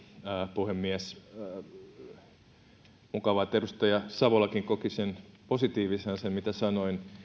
puhemies mukava että edustaja savolakin koki positiivisena sen mitä sanoin